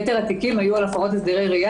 יתר התיקים היו על הפרות הסדרי ראייה